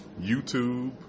YouTube